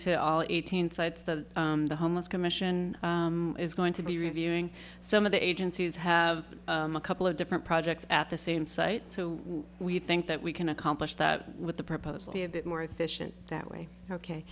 to all eighteen sites that the homeless commission is going to be reviewing some of the agencies have a couple of different projects at the same site so we think that we can accomplish that with the proposal more efficient that way ok